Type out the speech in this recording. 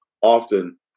often